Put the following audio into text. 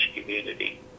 community